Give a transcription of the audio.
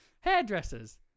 Hairdressers